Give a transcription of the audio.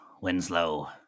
Winslow